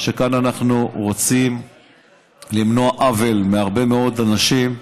שאנחנו רוצים כאן למנוע עוול מהרבה מאוד אנשים,